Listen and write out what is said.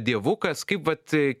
dievukas kaip vat